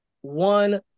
one